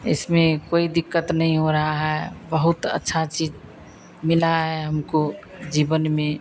इसमें कोई दिक्कत नहीं हो रही है बहुत अच्छी चीज़ मिली है हमको जीवन में